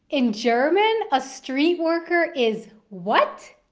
in german a streetworker is what?